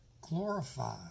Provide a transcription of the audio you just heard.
Glorify